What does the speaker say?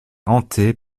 hanté